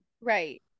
Right